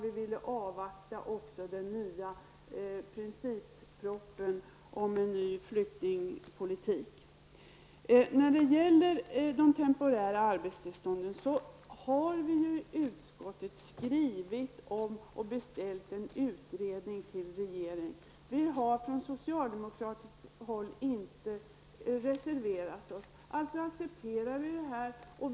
Vi ville avvakta princippropositionen om en ny flyktingpolitik. När det gäller de temporära arbetstillstånden har utskottet skrivit till regeringen och beställt en utredning. Vi har från socialdemokratiskt håll inte reserverat oss. Alltså accepterar vi utskottets beslut.